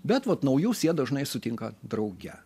bet vat naujus jie dažnai sutinka drauge